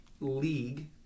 league